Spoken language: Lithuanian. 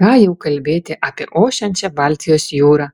ką jau kalbėti apie ošiančią baltijos jūrą